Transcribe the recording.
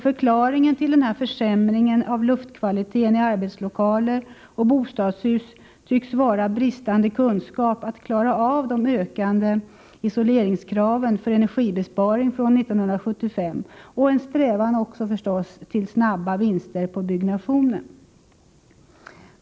Förklaringen till denna försämring av luftkvaliteten i arbetslokaler och bostadshus tycks vara bristande kunskap och förmåga att klara de ökade isoleringskraven för energibesparing fr.o.m. 1975 och, förstås, en strävan efter snabba vinster på byggnationen.